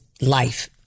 life